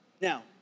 Now